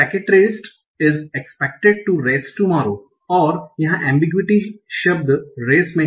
secretariat is expected to race tomorrow और यहाँ ambiguity शब्द रेस में है